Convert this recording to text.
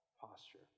posture